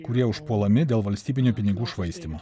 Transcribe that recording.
kurie užpuolami dėl valstybinių pinigų švaistymo